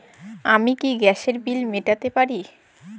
আমি কি গ্যাসের বিল মেটাতে পারি?